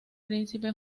príncipe